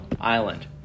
Island